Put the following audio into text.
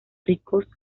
ricos